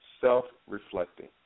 self-reflecting